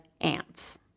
ants